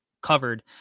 covered